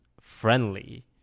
friendly